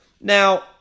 Now